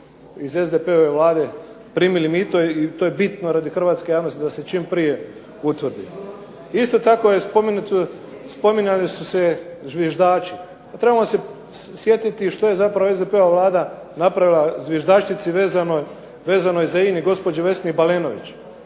iz SDP-ove vlade primili mito i to je bitno radi Hrvatske, ja mislim, da se čim prije utvrdi. Isto tako, spominjali su se zviždači. Pa trebamo se sjetiti što je zapravo SDP-ova vlada napravila zviždačici vezanoj za INU, gospođi Vesni Balenović.